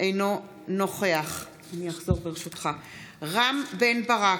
אינו נוכח רם בן ברק,